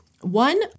One